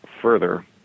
further